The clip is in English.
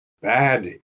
bad